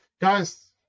guys